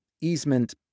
easement